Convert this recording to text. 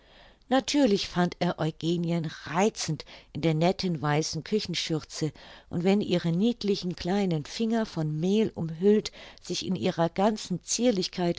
natürlich fand er eugenien reizend in der netten weißen küchenschürze und wenn ihre niedlichen kleinen finger von mehl umhüllt sich in ihrer ganzen